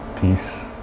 Peace